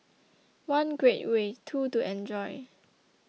one great way two to enjoy